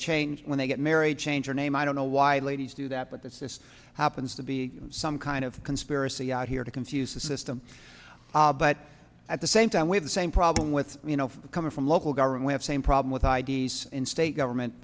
change when they get married change your name i don't know why ladies do that but that's just happens to be some kind of conspiracy out here to confuse the system but at the same time with the same problem with you know coming from local government we have same problem with i d s in state government